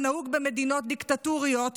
כנהוג במדינות דיקטטוריות,